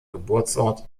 geburtsort